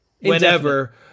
whenever